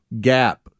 gap